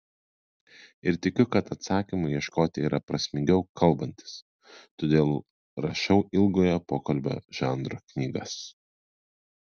ir tikiu kad atsakymų ieškoti yra prasmingiau kalbantis todėl rašau ilgojo pokalbio žanro knygas